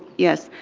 yes.